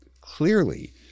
clearly